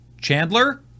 Chandler